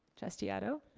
trustee otto.